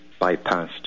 bypassed